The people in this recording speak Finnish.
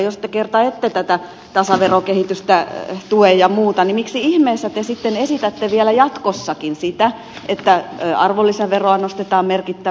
jos te kerran ette tätä tasaverokehitystä ja muuta tue niin miksi ihmeessä te sitten esitätte vielä jatkossakin sitä että arvonlisäveroa nostetaan merkittävästi